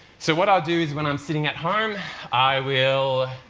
so, what i'll do when i'm sitting at home i will